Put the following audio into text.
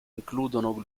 includono